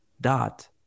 dot